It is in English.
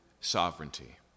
sovereignty